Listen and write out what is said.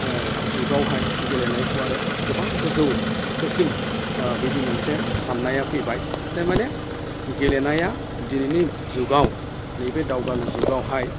जुगावहाय गेलेनायखौ आरो गोबां गोजौ थाखोसिम बिदि मोनसे साननाया फैबाय जे माने गेलेनाया दिनैनि जुगाव नैबे दावगानाय जुगावहाय